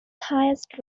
highest